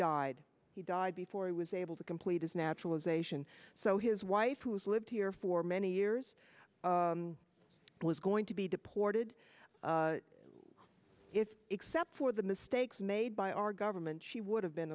died he died before he was able to complete his naturalization so his wife who's lived here for many years was going to be deported if except for the mistakes made by our government she would have been